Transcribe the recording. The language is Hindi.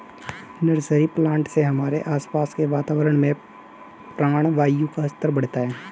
नर्सरी प्लांट से हमारे आसपास के वातावरण में प्राणवायु का स्तर बढ़ता है